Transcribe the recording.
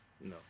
No